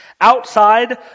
outside